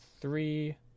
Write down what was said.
three